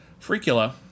Freakula